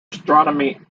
astronomy